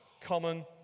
common